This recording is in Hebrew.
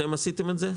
אתם עשיתם את זה,